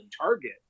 target